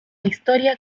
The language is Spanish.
historia